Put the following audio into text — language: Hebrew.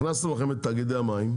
הכנסנו לכם את תאגידי המים,